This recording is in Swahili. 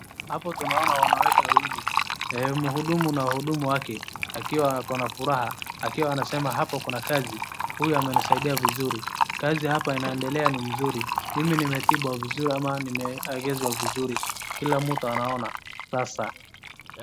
Hapo tunaona wanawake wawili, mhudumu na wahudumu wake akiwa ako furaha, akiwa anasema hapo kuna kazi ,huyu amenisaidia vizuri. Kazi hapa inaendelea ni mzuri, mimi nimetibiwa vizuri ama nimeuguzwa vizuri, kila mtu anaona sasa.